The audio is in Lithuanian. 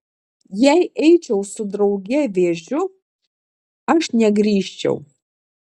jei eičiau su drauge vėžiu aš negrįžčiau